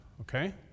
Okay